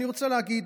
אני רוצה להגיד,